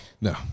No